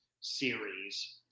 series